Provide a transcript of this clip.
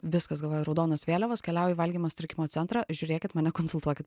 viskas galvoju raudonos vėliavos keliauju į valgymo sutrikimo centrą žiūrėkit mane konsultuokit